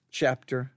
chapter